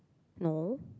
no